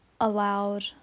allowed